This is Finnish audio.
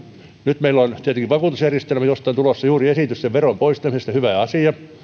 nyt meillä on tietenkin vakuutusjärjestelmä josta on tulossa juuri esitys sen veron poistamisesta hyvä asia